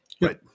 Right